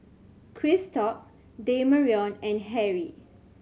Christop Demarion and Harry